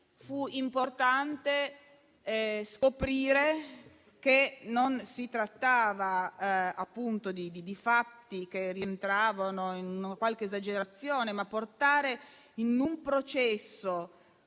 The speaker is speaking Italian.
fu importante scoprire che non si trattava di fatti che rientravano in qualche esagerazione; portare in un processo